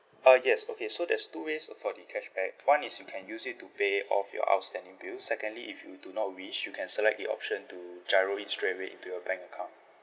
uh yes okay so there's two ways for the cashback one is you can use it to pay off your outstanding bill secondly if you do not wish you can select the option to GIRO it straightaway into your bank account